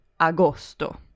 agosto